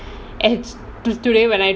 adds to today when I